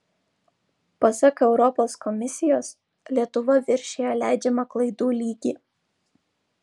pasak europos komisijos lietuva viršijo leidžiamą klaidų lygį